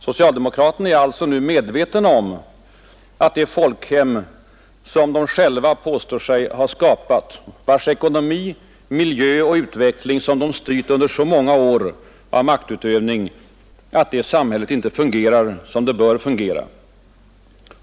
Socialdemokraterna är alltså medvetna om att det folkhem de själva påstår sig ha skapat, vars ekonomi, miljö och utveckling de styrt under sina många år av maktutövning inte fungerar som det bör fungera.